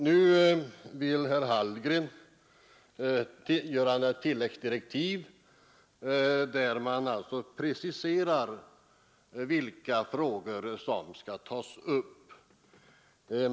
Nu vill herr Hallgren ge den tilläggsdirek tiv, där man skulle precisera vilka frågor som skall tas upp.